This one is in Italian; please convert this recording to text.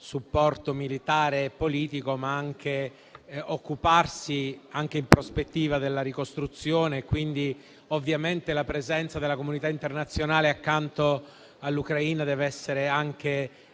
supporto militare e politico, ma di occuparsi anche in prospettiva della ricostruzione. La presenza della comunità internazionale accanto all'Ucraina deve concretizzarsi